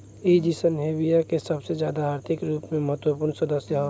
इ genus Hevea के सबसे ज्यादा आर्थिक रूप से महत्वपूर्ण सदस्य ह